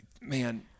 man